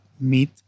meat